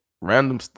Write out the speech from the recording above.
Random